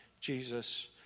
Jesus